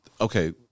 Okay